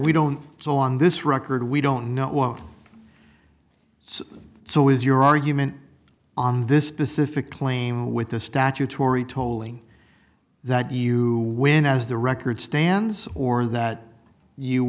we don't so on this record we don't know it won't so is your argument on this specific claim with the statutory tolling that you win as the record stands or that you